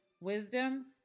wisdom